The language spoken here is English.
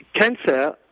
cancer